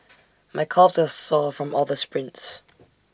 my calves are sore from all the sprints